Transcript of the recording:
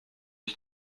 ich